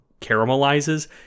caramelizes